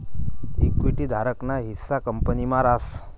equity धारक ना हिस्सा कंपनी मा रास